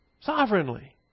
sovereignly